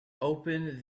open